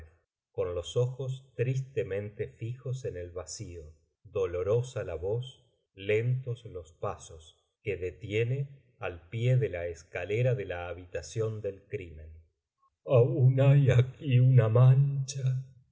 con ios ojos tristemente fijos en el vacio dolorosa la voz lentos los pasos que detiene al pié de la escalera de la habitación del crimen aún hay aquí una mancha